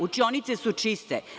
Učionice su čiste.